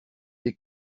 des